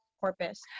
Corpus